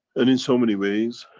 and in so many ways,